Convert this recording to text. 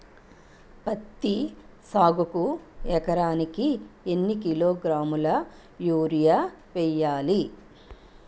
పత్తి సాగుకు ఎకరానికి ఎన్నికిలోగ్రాములా యూరియా వెయ్యాలి?